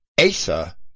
Asa